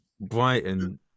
Brighton